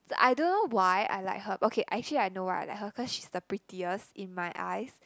I don't know why I like her okay actually I know why I like her cause she's the prettiest in my eyes